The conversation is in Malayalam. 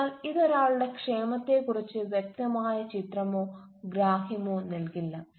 അതിനാൽ അത് ഒരാളുടെ ക്ഷേമത്തെക്കുറിച്ച് വ്യക്തമായ ചിത്രമോ ഗ്രാഹ്യമോ നൽകില്ല